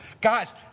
Guys